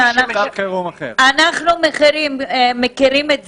אנחנו מכירים את זה.